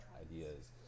ideas